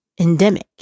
endemic